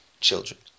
children